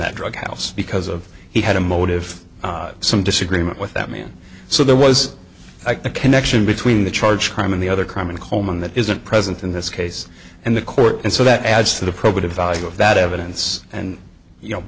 that drug house because of he had a motive some disagreement with that man so there was a connection between the charged crime and the other crime in coleman that isn't present in this case in the court and so that adds to the probative value of that evidence and you know